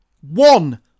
One